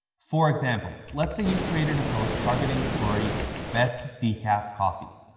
for example, let's say you've created a post targeting the query best decaf coffee.